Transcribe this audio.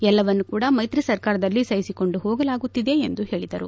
ಎಲ್ಲವನ್ನು ಕೂಡ ಮೈತ್ರಿ ಸರ್ಕಾರದಲ್ಲಿ ಸಹಿಸಿಕೊಂಡು ಹೋಗಲಾಗುತ್ತಿದೆ ಎಂದು ಹೇಳಿದರು